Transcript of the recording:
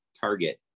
Target